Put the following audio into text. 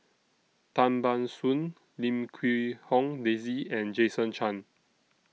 Tan Ban Soon Lim Quee Hong Daisy and Jason Chan